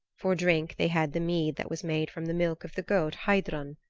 for drink they had the mead that was made from the milk of the goat heidrun,